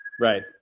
Right